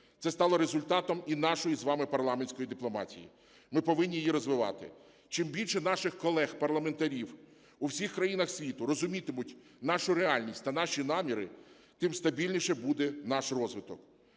Це стало результатом і нашої з вами парламентської дипломатії, ми повинні її розвивати. Чим більше наших колег-парламентарів у всіх країнах світу розумітимуть нашу реальність та наші наміри, тим стабільніше буде наш розвиток.